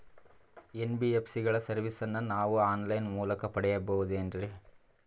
NBSC ಗಳ ಸರ್ವಿಸನ್ನ ನಾವು ಆನ್ ಲೈನ್ ಮೂಲಕ ಪಡೆಯಬಹುದೇನ್ರಿ?